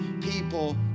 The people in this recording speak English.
people